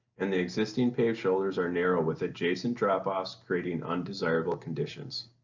and the existing paved shoulders are narrow with adjacent drop-offs creating undesirable conditions.